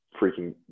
freaking